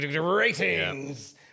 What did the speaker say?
Ratings